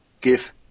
give